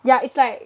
ya it's like